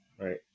Right